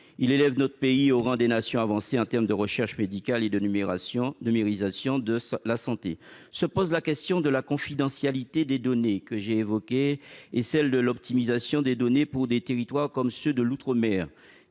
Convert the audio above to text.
Il élève notre pays au rang des nations avancées en matière de recherche médicale et de numérisation de la santé. Se pose la question de la confidentialité des données, que j'ai déjà évoquée, et celle de l'optimisation des données pour des territoires, comme ceux de l'outre-mer,